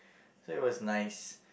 so it was nice